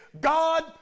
God